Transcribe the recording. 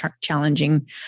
challenging